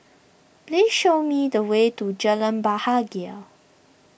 please show me the way to Jalan Bahagia